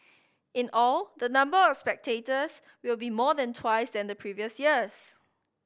in all the number of spectators will be more than twice then the previous years